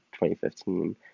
2015